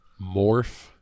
Morph